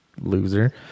loser